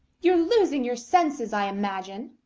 you're losing your senses, i imagine.